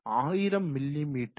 1000 மிமீ 1 மீட்டர் ஆகும்